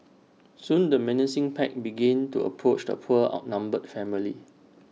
soon the menacing pack began to approach the poor outnumbered family